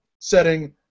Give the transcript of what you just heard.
setting